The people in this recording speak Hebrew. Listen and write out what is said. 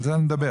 על זה אני מדבר.